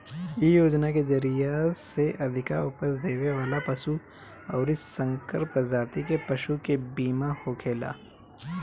इ योजना के जरिया से अधिका उपज देवे वाला पशु अउरी संकर प्रजाति के पशु के बीमा होखेला